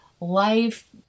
life